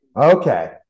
Okay